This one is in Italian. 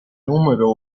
numero